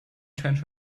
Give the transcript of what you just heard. change